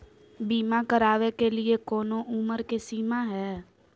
बीमा करावे के लिए कोनो उमर के सीमा है?